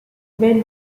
when